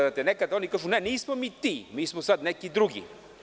Znate, nekad oni kažu – ne, nismo mi ti, mi smo sada neki drugi.